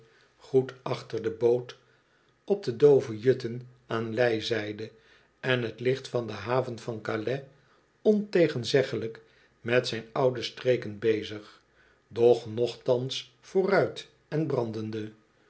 goed achter de boot op de doove jutten aan lijzijdc en t licht van de haven van calais ontegenzeglijk met zijn oude streken bezig doch nochtans vooruit en brandende